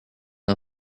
her